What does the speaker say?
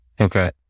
Okay